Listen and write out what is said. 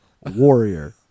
Warrior